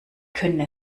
können